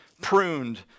pruned